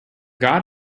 god